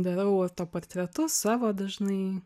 darau autoportretus savo dažnai